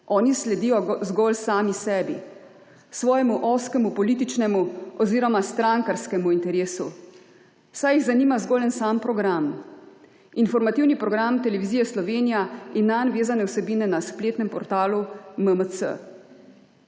Oni sledijo zgolj sami sebi, svojemu ozkemu političnemu oziroma strankarskemu interesu, saj jih zanima zgolj en sam program − informativni program televizije Slovenija in nanj vezane vsebine na spletnem portalu MMC.